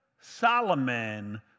Solomon